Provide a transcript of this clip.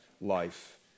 life